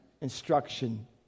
instruction